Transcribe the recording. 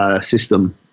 system